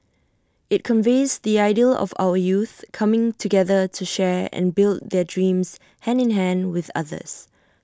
IT conveys the ideal of our youth coming together to share and build their dreams hand in hand with others